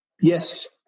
Yes